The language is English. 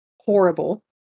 horrible